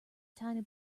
tiny